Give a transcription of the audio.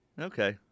Okay